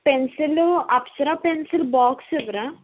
పెన్సిలూ Apsara pencil box ఇవ్వరా